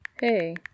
Hey